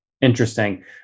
Interesting